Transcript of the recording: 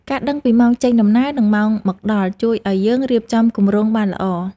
ការដឹងពីម៉ោងចេញដំណើរ និងម៉ោងមកដល់ ជួយឱ្យយើងរៀបចំគម្រោងបានល្អ។